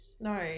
no